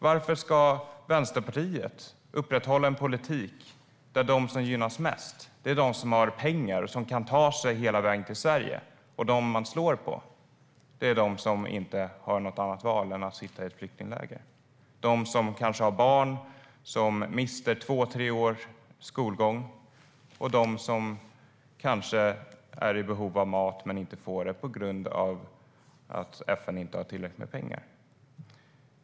Varför ska Vänsterpartiet upprätthålla en politik där de som gynnas mest är de som har pengar och kan ta sig hela vägen till Sverige? Man slår på dem som inte har något annat val än att sitta i flyktingläger, som har barn som mister två tre års skolgång och som kanske är i behov av mat men inte får det på grund av att FN inte har tillräckligt med pengar.